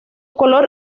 color